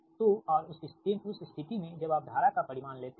तो और उस स्थिति में जब आप धारा का परिमाण लेते हैं